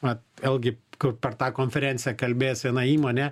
na vėlgi kur per tą konferenciją kalbės viena įmonė